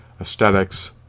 aesthetics